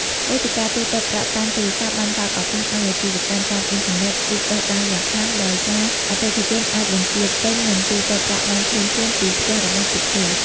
វេទិកាទូទាត់ប្រាក់តាមទូរស័ព្ទបានបើកឱកាសឱ្យអាជីវកម្មតាមអ៊ីនធឺណិតរីកដុះដាលយ៉ាងខ្លាំង ដោយសារអតិថិជនអាចបញ្ជាទិញ និងទូទាត់ប្រាក់បានភ្លាមៗពីផ្ទះរបស់ពួកគេ។